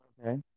Okay